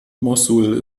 mossul